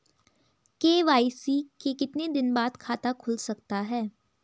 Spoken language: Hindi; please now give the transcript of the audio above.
के.वाई.सी के कितने दिन बाद खाता खुल सकता है?